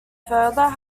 further